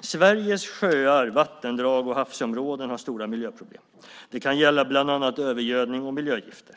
Sveriges sjöar, vattendrag och havsområden har stora miljöproblem. Det kan gälla bland annat övergödning och miljögifter.